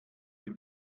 dem